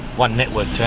one network to